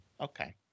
okay